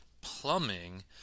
plumbing